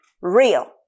Real